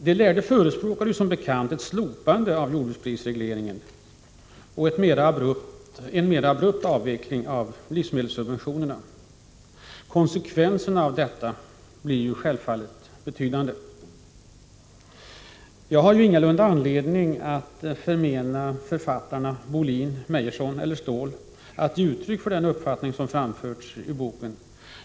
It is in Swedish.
De lärde förespråkade ju som bekant ett slopande av jordbruksprisregleringen och en mera abrupt avveckling av livsmedelssubventionerna. Konsekvenserna av detta blir självfallet betydande. Jag har ingalunda anledning att förmena författarna Bohlin, Meyersson eller Ståhl att ge uttryck för de uppfattningar som framförts i boken.